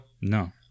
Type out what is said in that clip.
No